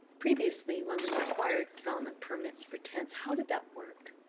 previously when we required development permits for tents how did that work?